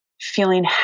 feeling